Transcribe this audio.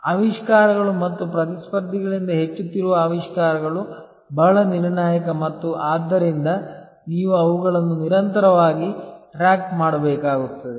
ಆವಿಷ್ಕಾರಗಳು ಮತ್ತು ಪ್ರತಿಸ್ಪರ್ಧಿಗಳಿಂದ ಹೆಚ್ಚುತ್ತಿರುವ ಆವಿಷ್ಕಾರಗಳು ಬಹಳ ನಿರ್ಣಾಯಕ ಮತ್ತು ಆದ್ದರಿಂದ ನೀವು ಅವುಗಳನ್ನು ನಿರಂತರವಾಗಿ ಪತ್ತೆ ಮಾಡಬೇಕಾಗುತ್ತದೆ